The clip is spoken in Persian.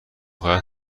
هایت